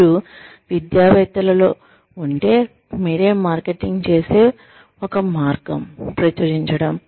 మీరు విద్యావేత్తలలో ఉంటే మీరే మార్కెటింగ్ చేసే ఒక మార్గం ప్రచురించడం